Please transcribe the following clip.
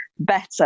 better